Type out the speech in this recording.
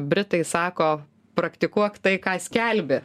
britai sako praktikuok tai ką skelbi